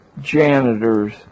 janitors